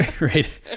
Right